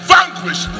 Vanquish